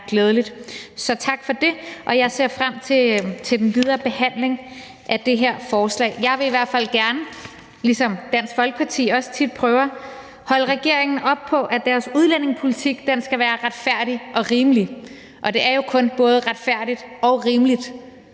glædeligt. Så tak for det, og jeg ser frem til den videre behandling af det her forslag. Jeg vil i hvert fald gerne, ligesom Dansk Folkeparti også tit prøver, holde regeringen op på, at deres udlændingepolitik skal være retfærdig og rimelig, og det er jo kun både retfærdigt og rimeligt,